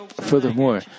Furthermore